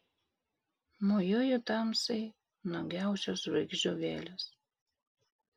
mojuoju tamsai nuogiausios žvaigždžių vėlės